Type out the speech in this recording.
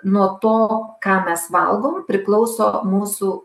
nuo to ką mes valgom priklauso mūsų